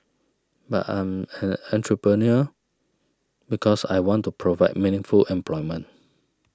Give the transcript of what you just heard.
but I'm an entrepreneur because I want to provide meaningful employment